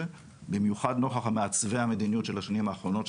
במיוחד נוכח מעצבי המדיניות של השנים האחרונות,